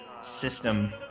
system